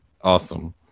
Awesome